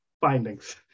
findings